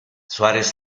suárez